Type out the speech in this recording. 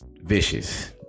vicious